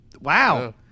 Wow